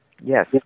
Yes